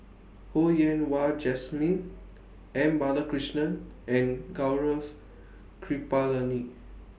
Ho Yen Wah Jesmine M Balakrishnan and Gaurav Kripalani